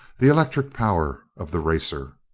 the electric power of the racer.